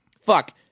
Fuck